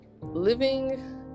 living